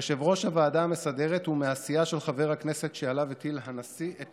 יושב-ראש הוועדה המסדרת הוא מהסיעה של חבר הכנסת שעליו הטיל הנשיא את